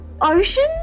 ocean